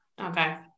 Okay